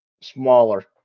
smaller